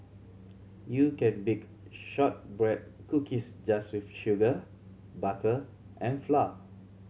you can bake shortbread cookies just with sugar butter and flour